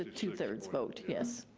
ah two-thirds vote, yes.